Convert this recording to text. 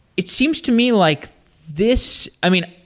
it seems to me like this i mean,